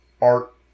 art